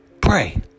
Pray